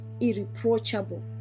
irreproachable